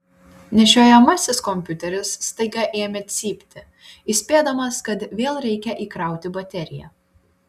nešiojamasis kompiuteris staiga ėmė cypti įspėdamas kad vėl reikia įkrauti bateriją